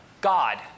God